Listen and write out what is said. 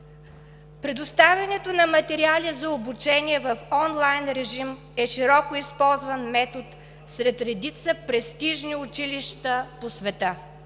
Предоставянето на материали за обучение в онлайн режим е широко използван метод сред редица престижни училища по света.